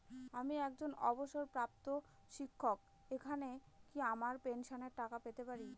আমি একজন অবসরপ্রাপ্ত শিক্ষক এখানে কি আমার পেনশনের টাকা পেতে পারি?